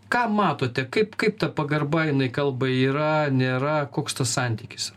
ką matote kaip kaip ta pagarba jinai kalbai yra nėra koks tas santykis